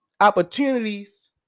opportunities